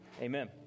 amen